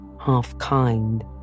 half-kind